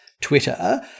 Twitter